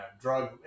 drug